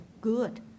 good